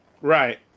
Right